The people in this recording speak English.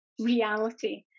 reality